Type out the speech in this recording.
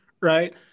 right